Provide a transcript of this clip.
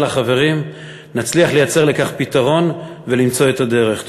החברים נצליח לייצר לכך פתרון ולמצוא את הדרך.